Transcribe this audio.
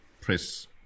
press